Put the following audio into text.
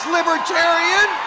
Libertarian